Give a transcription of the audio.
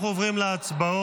אנחנו עוברים להצבעות